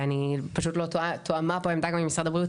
ואני פשוט לא תואמה פה העמדה עם משרד הבריאות,